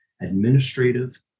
administrative